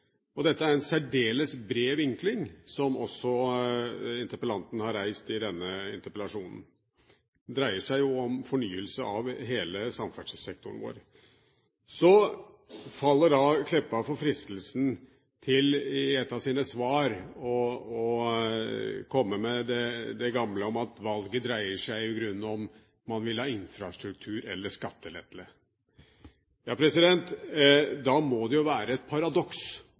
dagsordenen. Dette er en særdeles bred vinkling som også interpellanten har reist i denne interpellasjonen. Det dreier seg jo om fornyelse av hele samferdselssektoren vår. Så faller statsråd Meltveit Kleppa i et av sine svar for fristelsen til å komme med det gamle om at valget dreier seg i grunnen om man vil ha infrastruktur eller skattelette. Da må det jo være et paradoks